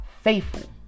faithful